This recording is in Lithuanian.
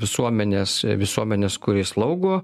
visuomenės visuomenės kuri slaugo